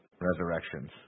Resurrections